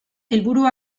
helburu